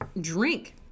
drink